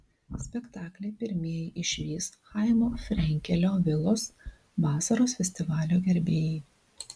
spektaklį pirmieji išvys chaimo frenkelio vilos vasaros festivalio gerbėjai